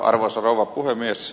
arvoisa rouva puhemies